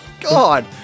God